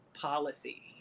policy